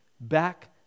back